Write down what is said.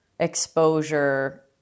exposure